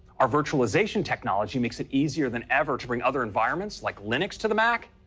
our virtualization technology makes it easier than ever to bring other environments, like linux, to the mac,